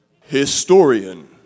historian